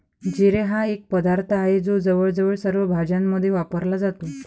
जिरे हा एक पदार्थ आहे जो जवळजवळ सर्व भाज्यांमध्ये वापरला जातो